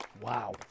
Wow